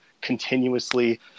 continuously